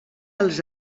als